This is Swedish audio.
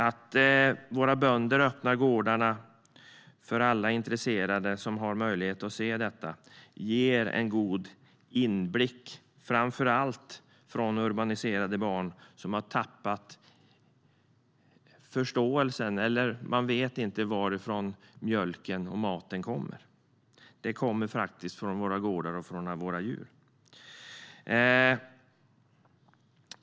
Att våra bönder öppnar gårdarna för alla som är intresserade och har möjlighet att se detta ger en god inblick för framför allt urbaniserade barn som inte vet varifrån mjölken och maten kommer. Den kommer faktiskt från våra gårdar och från våra djur.